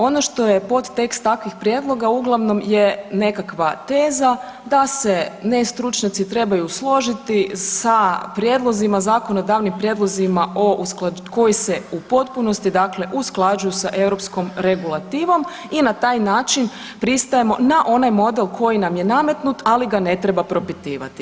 Ono što je podtekst takvih prijedloga uglavnom je nekakva teza da se ne stručnjaci trebaju složiti sa prijedlozima zakonodavnim prijedlozima koji se u potpunosti usklađuju sa europskom regulativom i na taj način pristajemo na onaj model koji nam je nametnut, ali ga ne treba propitivati.